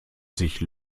sich